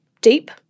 deep